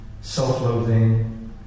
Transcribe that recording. self-loathing